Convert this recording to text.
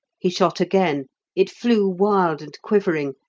he shot again it flew wild and quivering,